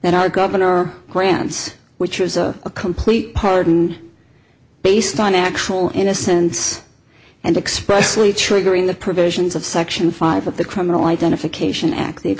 that our governor grants which was a complete pardon based on actual innocence and expressly triggering the provisions of section five of the criminal identification act the